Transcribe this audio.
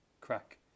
Crack